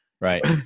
Right